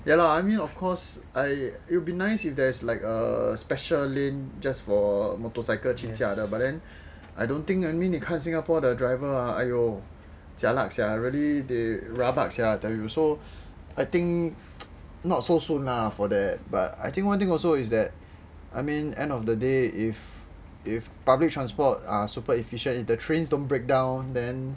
ya lah I mean of course it'll be nice if got a special lane just for motorcycle 去驾的 but then I don't think I mean 你看 singapore 的 driver ah !aiyo! jialat sia really they rabak sia I tell you so I think not so soon lah for that but I think one thing also is that I mean end of the day if if public transport are super efficient if the trains don't break down then